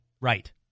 Right